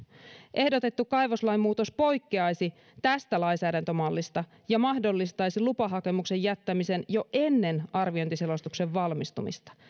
ehdotettu kaivoslain muutos poikkeaisi tästä lainsäädäntömallista ja mahdollistaisi lupahakemuksen jättämisen jo ennen arviointiselostuksen valmistumista